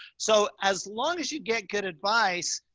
so as long as you get good advice,